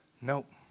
nope